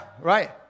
right